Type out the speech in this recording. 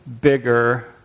bigger